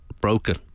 broken